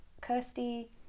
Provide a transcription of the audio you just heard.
Kirsty